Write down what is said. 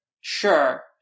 sure